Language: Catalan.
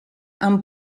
amb